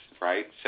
right